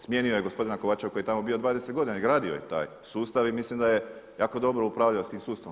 Smijenio je gospodina Kovačeva koji je tamo bio 20 godina i gradio je taj sustav i mislim da je jako dobro upravljao s tim sustavom.